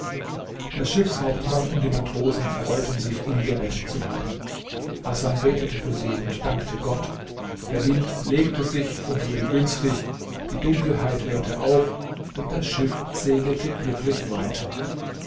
der schiffshauptmann und die matrosen freuten sich ihn gerettet zu haben hasan betete für sie und dankte gott der wind legte sich und wurde günstig die dunkelheit hörte auf und das schiff segelte glücklich weiter